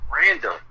random